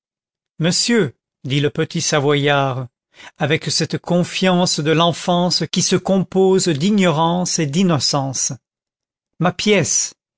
monsieur dit le petit savoyard avec cette confiance de l'enfance qui se compose d'ignorance et d'innocence ma pièce